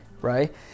right